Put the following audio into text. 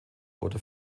oder